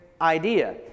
idea